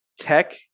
tech